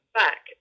back